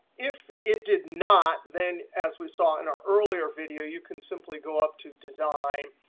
if it did not then as we saw in our earlier video you can simply go up to design,